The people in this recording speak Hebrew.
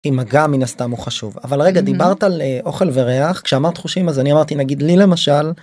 כי מגע מן הסתם הוא חשוב. אבל רגע דיברת על אוכל וריח כשאמרת חושים אז אני אמרתי, נגיד לי למשל